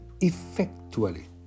effectually